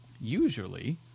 usually